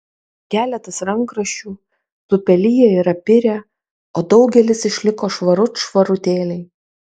keletas rankraščių supeliję ir apirę o daugelis išliko švarut švarutėliai